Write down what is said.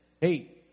hey